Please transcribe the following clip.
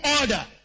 order